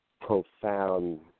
profound